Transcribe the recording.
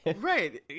Right